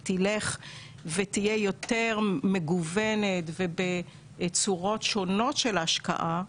תלך ותהיה יותר מגוונת ובצורות שונות של השקעה,